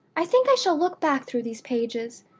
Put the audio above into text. i think i shall look back through these pages,